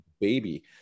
baby